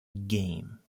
game